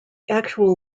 actual